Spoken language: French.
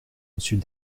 monsieur